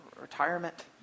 retirement